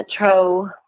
Metro